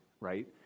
right